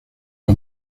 los